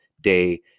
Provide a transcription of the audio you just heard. day